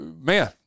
man